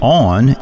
on